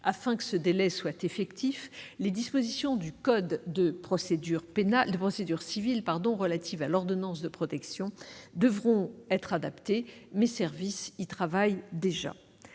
Afin que ce délai soit effectif, les dispositions du code de procédure civile relatives à l'ordonnance de protection devront être adaptées. Mes services y travaillent déjà.